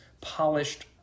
polished